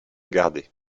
garder